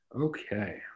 Okay